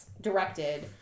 directed